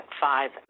five